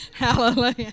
Hallelujah